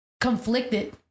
conflicted